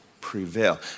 prevail